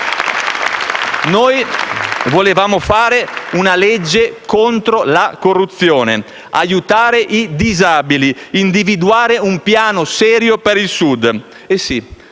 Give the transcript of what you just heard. Noi volevamo fare una legge contro la corruzione, aiutare i disabili, individuare un piano serio per il Sud